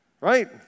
Right